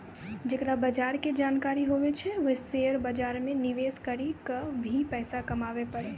जेकरा बजार के जानकारी हुवै छै वें शेयर बाजार मे निवेश करी क भी पैसा कमाबै पारै